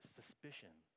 suspicion